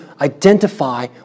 identify